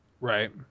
Right